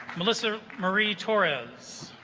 melissa marie torres